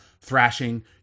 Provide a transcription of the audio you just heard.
thrashing